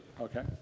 Okay